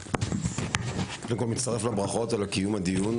אני מצטרף לברכות על קיום הדיון.